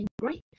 great